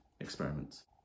experiments